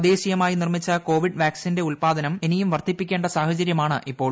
തദ്ദേശീയമായി നിർമ്മിച്ച കോവിഡ് വാക്സിന്റെ ഉല്പാദനം ഇനിയും വർദ്ധിപ്പിക്കേണ്ട സാഹചര്യമാണിപ്പോൾ